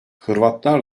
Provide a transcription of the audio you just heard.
hırvatlar